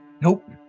Nope